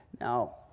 Now